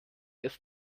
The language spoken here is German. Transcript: ist